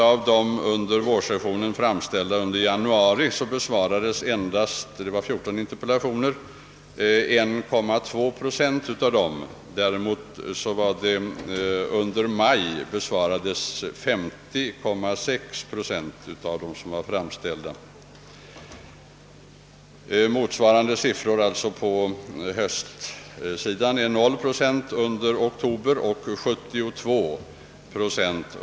Av de under januari framställda interpellationerna besvarades endast 1,2 procent under månadsperioden i procent av hela antalet interpellationer under sessionen.